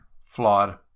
flawed